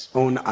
own